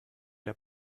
der